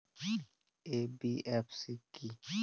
NBFC কী?